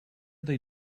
they